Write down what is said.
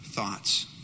thoughts